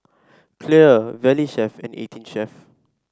Clear Valley Chef and Eighteen Chef